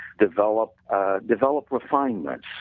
develop ah develop refinements,